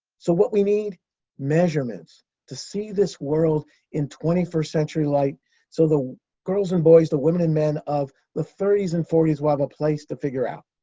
so, what we need measurements to see this world in twenty first century light so the girls and boys, the women and men of the thirty s and forty s will have a place to figure out.